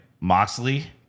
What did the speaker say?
Moxley